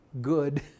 good